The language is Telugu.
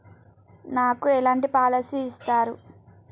నాకు ఎలాంటి పాలసీ ఇస్తారు?